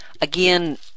again